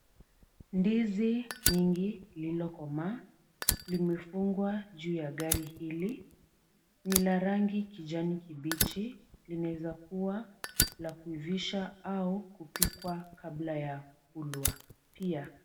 Ndizi mingi lililo komaa, limefungwa juu ya gari hili, ni la rangi kijani kibichi, linawezakua la kuivisha au kupikwa kabla ya kulwa pia.